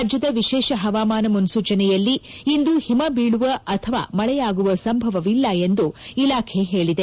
ರಾಜ್ಯದ ವಿಶೇಷ ಹಮಾಮಾನ ಮುನ್ನೂಚನೆಯಲ್ಲಿ ಇಂದು ಹಿಮ ಬೀಳುವ ಅಥವಾ ಮಳೆಯಾಗುವ ಸಂಭವವಿಲ್ಲ ಎಂದು ಇಲಾಖೆ ಹೇಳಿದೆ